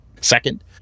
Second